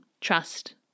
trust